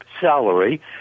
salary